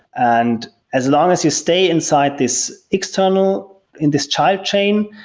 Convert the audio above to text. and as long as you stay inside this external, in this child chain,